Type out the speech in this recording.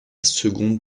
seconde